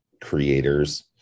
creators